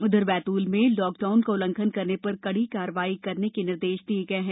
उधर बैतूल में लॉकडाउन का उल्लघंन करने पर कड़ी कार्यवाही करने के निर्देश दिये गये है